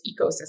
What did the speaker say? ecosystem